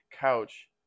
couch